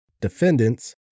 defendants